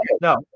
no